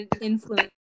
influence